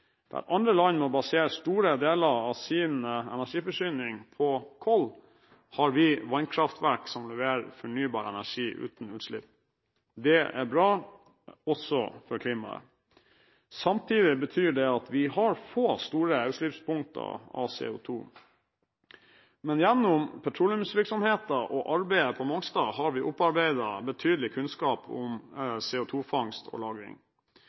Der andre land må basere store deler av sin energiforsyning på kull, har vi vannkraftverk som leverer fornybar energi uten utslipp. Det er bra, også for klimaet. Samtidig betyr det at vi har få store utslippspunkter av CO2. Men gjennom petroleumsvirksomheten og arbeidet på Mongstad har vi opparbeidet betydelig kunnskap om CO2-fangst og